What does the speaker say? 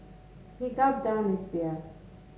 he gulped down his beer